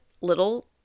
little